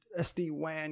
SD-WAN